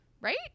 Right